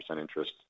interest